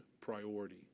priority